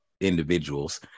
individuals